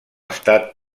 estat